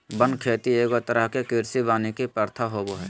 वन खेती एगो तरह के कृषि वानिकी प्रथा होबो हइ